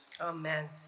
Amen